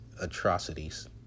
atrocities